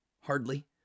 Hardly